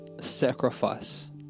sacrifice